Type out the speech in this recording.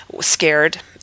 scared